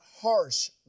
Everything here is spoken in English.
harsh